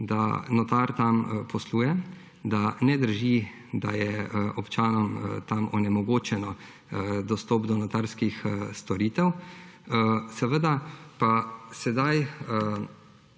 da notar tam posluje, da ne drži, da je občanom tam onemogočen dostop do notarskih storitev. Seveda pa se